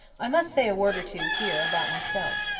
i must say a word or two here about myself.